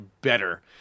better